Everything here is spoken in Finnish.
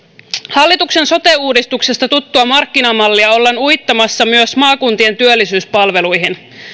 hallituksen sote uudistuksesta tuttua markkinamallia ollaan uittamassa myös maakuntien työllisyyspalveluihin